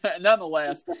Nonetheless